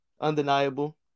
undeniable